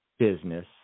business